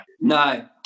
No